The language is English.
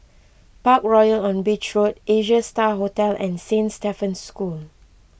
Parkroyal on Beach Road Asia Star Hotel and Saint Stephen's School